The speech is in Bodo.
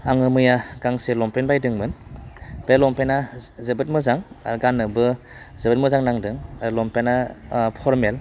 आङो मैया गांसे लंपेन्ट बायदोंमोन बे लंपेन्टआ जोबोद मोजां आरो गाननोबो जोबोद मोजां नांदों आरो लंपेन्टा फरमेल